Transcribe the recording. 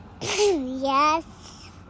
Yes